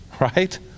right